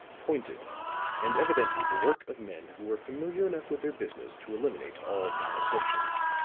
pointed and evidently the work of men who were familiar enough with their business to eliminate all non-essentials.